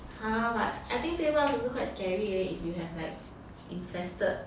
!huh! but I think bed bugs also quite scary leh if you have like infested